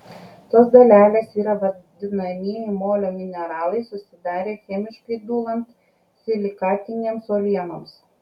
tos dalelės yra vadinamieji molio mineralai susidarę chemiškai dūlant silikatinėms uolienoms